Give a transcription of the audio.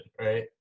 right